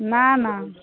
ନା ନା